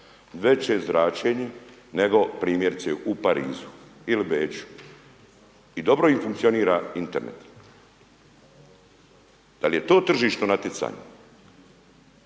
veće zračenje nego primjerice u Parizu ili Beču. I dobro im funkcionira Internet. Dal je to tržišno natjecanje.